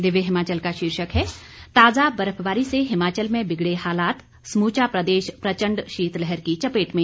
दिव्य हिमाचल का शीर्षक है ताजा बर्फबारी से हिमाचल में बिगड़े हालात समूचा प्रदेश प्रचंड शीतलहर की चपेट में